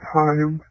time